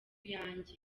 yanjye